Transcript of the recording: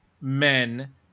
men